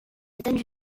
états